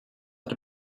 but